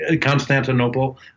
constantinople